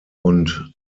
und